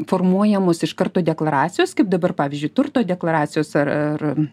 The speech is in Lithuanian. formuojamos iš karto deklaracijos kaip dabar pavyzdžiui turto deklaracijos ar ar